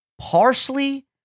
parsley